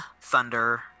thunder